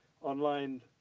online